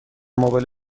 موبایل